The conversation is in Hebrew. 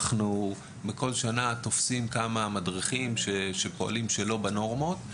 אנחנו כל שנה תופסים כמה מדריכים שלא פועלים לפי הנורמות.